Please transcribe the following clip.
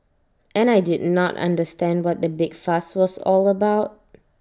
and I did not understand what the big fuss was all about